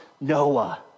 Noah